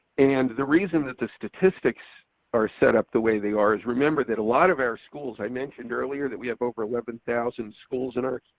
and the reason that the statistics are set up the way they are is remember that a lot of our schools, i mentioned earlier that we have over eleven thousand schools in our